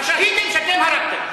השהידים שאתם הרגתם.